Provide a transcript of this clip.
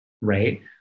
right